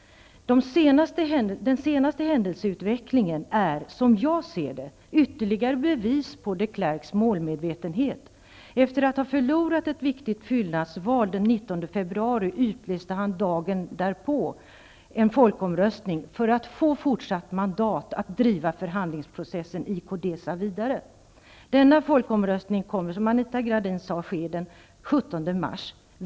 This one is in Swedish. Den senaste händelseutvecklingen är, som jag ser det, ytterligare bevis på de Klerks målmedvetenhet. Efter att ha förlorat ett viktigt fyllnadsval den 19 februari utlyste de Klerk dagen därpå en folkomröstning för att få fortsatt mandat att driva förhandlingsprocessen i CODESA vidare. Denna folkomröstning kommer, som Anita Gradin sade, att ske den 17 mars.